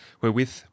wherewith